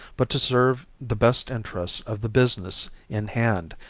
but to serve the best interests of the business in hand,